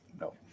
no